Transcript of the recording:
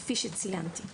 כפי שציינתי,